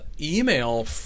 email